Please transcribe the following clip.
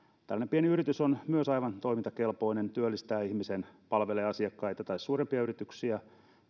pieni yritys on aivan toimintakelpoinen työllistää ihmisen palvelee asiakkaita tai suurempia yrityksiä